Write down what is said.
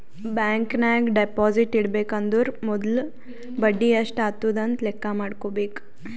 bank ನಾಗ್ deposit ಇಡಬೇಕ ಅಂದುರ್ ಮೊದುಲ ಬಡಿ ಎಸ್ಟ್ ಆತುದ್ ಅಂತ್ ಲೆಕ್ಕಾ ಮಾಡ್ಕೋಬೇಕ